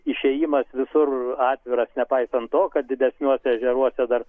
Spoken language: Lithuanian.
išėjimas visur atviras nepaisant to kad didesniuose ežeruose dar